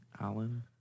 Alan